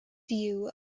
view